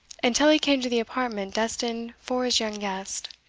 until he came to the apartment destined for his young guest.